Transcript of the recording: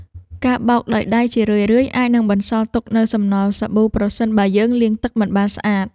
ការបោកដោយដៃជារឿយៗអាចនឹងបន្សល់ទុកនូវសំណល់សាប៊ូប្រសិនបើយើងលាងទឹកមិនបានស្អាត។